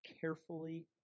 Carefully